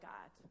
God